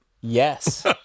Yes